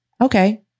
okay